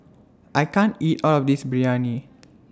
I can't eat All of This Biryani